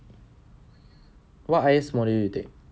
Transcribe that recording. what I_C_E module you take